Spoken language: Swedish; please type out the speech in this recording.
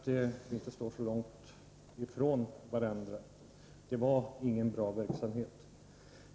Herr talman! Statsrådets andra inlägg visar att vi inte står så långt ifrån varandra. Det var ingen bra verksamhet.